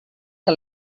que